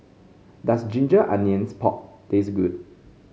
does Ginger Onions Pork taste good